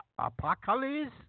Apocalypse